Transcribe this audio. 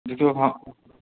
देखिऔ हम